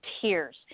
tears